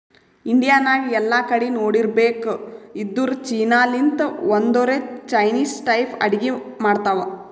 India ನಾಗ್ ಎಲ್ಲಾ ಕಡಿ ನೋಡಿರ್ಬೇಕ್ ಇದ್ದೂರ್ ಚೀನಾ ಲಿಂತ್ ಬಂದೊರೆ ಚೈನಿಸ್ ಟೈಪ್ ಅಡ್ಗಿ ಮಾಡ್ತಾವ್